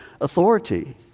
authority